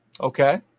Okay